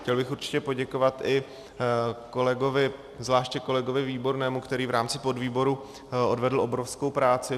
Chtěl bych určitě poděkovat zvláště kolegovi Výbornému, který v rámci podvýboru odvedl obrovskou práci.